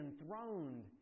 enthroned